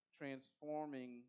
transforming